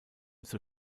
zur